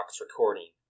recording